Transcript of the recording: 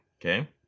okay